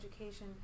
education